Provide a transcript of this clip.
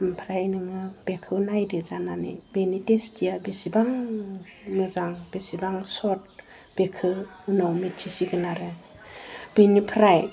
आमफ्राय नोङो बेखौ नायदो जानानै बेनि तेस्थिया बेसेबां मोजां बेसेबा चग बेखौ उनाव मिथिसिगोन आरो बेनिफ्राय